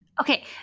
Okay